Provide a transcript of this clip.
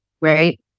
right